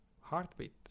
heartbeat